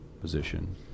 position